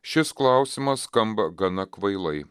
šis klausimas skamba gana kvailai